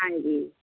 ਹਾਂਜੀ